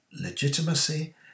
legitimacy